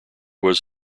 was